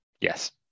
Yes